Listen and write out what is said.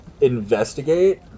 investigate